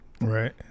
Right